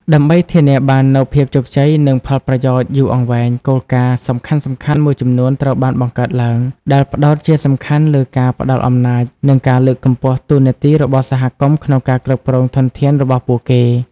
ដើម្បីធានាបាននូវភាពជោគជ័យ និងផលប្រយោជន៍យូរអង្វែង គោលការណ៍សំខាន់ៗមួយចំនួនត្រូវបានបង្កើតឡើង ដែលផ្ដោតជាសំខាន់លើការផ្ដល់អំណាច និងការលើកកម្ពស់តួនាទីរបស់សហគមន៍ក្នុងការគ្រប់គ្រងធនធានរបស់ពួកគេ។